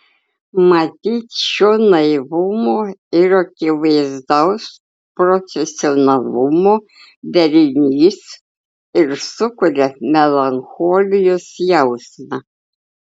matyt šio naivumo ir akivaizdaus profesionalumo derinys ir sukuria melancholijos jausmą